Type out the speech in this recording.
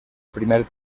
primer